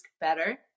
better